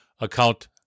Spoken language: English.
account